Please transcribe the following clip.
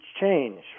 change